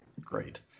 great